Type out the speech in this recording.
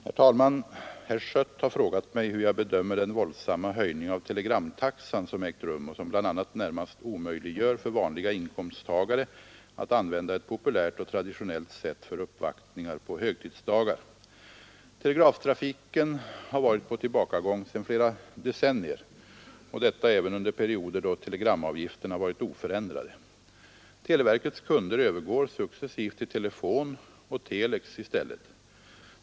Herr talman! Herr Schött har frågat mig hur jag bedömer den våldsamma höjning av telegramtaxan som ägt rum och som bl.a. närmast omöjliggör för vanliga inkomsttagare att använda ett populärt och traditionellt sätt för uppvaktningar på högtidsdagar Telegraftrafiken har varit på tillbakagång sedan flera decennier och detta även under perioder, då telegramavgifterna varit oförändrade. Televerkets kunder övergår successivt till telefon och telex i stället.